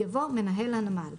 יבוא מנהל הנמל.